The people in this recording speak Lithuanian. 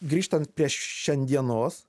grįžtant prie šiandienos